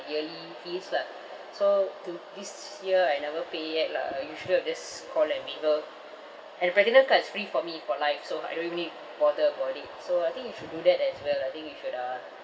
yearly fees lah so to this year I never pay yet lah usually I will just call and waiver and platinum cards is free for me for life so I don't even need to bother about it so I think you should do that as well I think you should uh